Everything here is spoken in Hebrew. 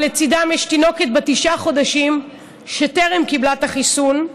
אבל לצידם יש תינוקת בת תשעה חודשים שטרם קיבלה את החיסון.